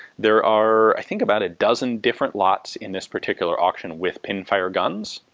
there are i think about a dozen different lots in this particular auction with pinfire guns.